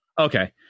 Okay